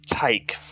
take